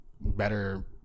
better